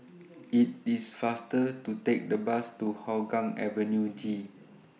IT IS faster to Take The Bus to Hougang Avenue G